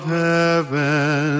heaven